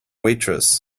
waitress